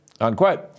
unquote